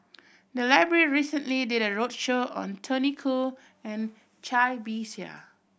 the library recently did a roadshow on Tony Khoo and Cai Bixia